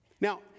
Now